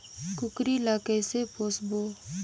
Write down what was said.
कूकरी ला कइसे पोसबो?